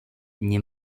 nie